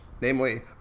namely